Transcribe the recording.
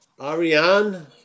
Ariane